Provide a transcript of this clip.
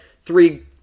three